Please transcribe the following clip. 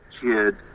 kid